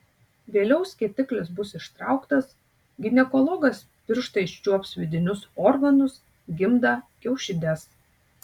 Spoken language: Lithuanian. vėliau skėtiklis bus ištrauktas ginekologas pirštais čiuops vidinius organus gimdą kiaušides